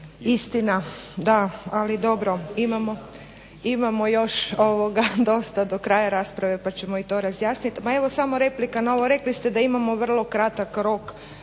istina, da, ali dobro imamo još dosta do kraja rasprave pa ćemo i to razjasnit. Ma evo samo replika na ovo, rekli ste da imamo vrlo kratak rok